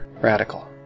Radical